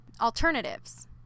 alternatives